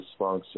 dysfunction